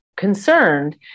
concerned